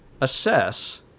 assess